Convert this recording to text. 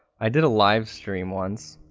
i did a live stream once